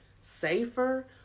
safer